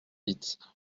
vite